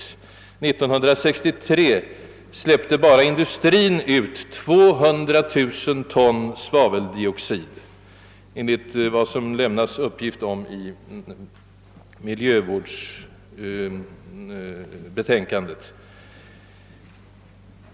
år 1963 släppte enbart industrin ut 200 000 ton svaveldioxid enligt en uppgift som lämnas i ett av miljövårdsbetänkandena.